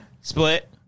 Split